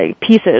pieces